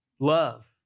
Love